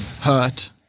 hurt